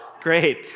Great